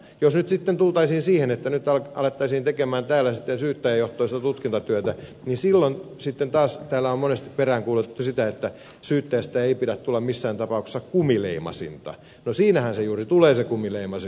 jos nyt sitten tultaisiin siihen että nyt alettaisiin täällä tehdä syyttäjäjohtoista tutkintatyötä niin silloin taas täällä on monesti peräänkuulutettu sitä että syyttäjästä ei pidä missään tapauksessa tulla kumileimasinta siinähän juuri tulee se kumileimasin